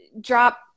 drop